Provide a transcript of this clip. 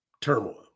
turmoil